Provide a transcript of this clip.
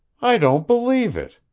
i don't believe it.